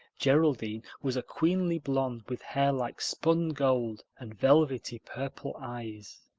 geraldine was a queenly blonde with hair like spun gold and velvety purple eyes.